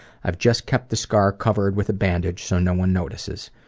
i've just kept the scar covered with a bandage so no one notices.